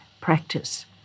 practice